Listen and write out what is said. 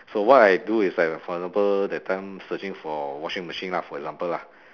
so what I do is like for example that time searching for washing machine lah for example lah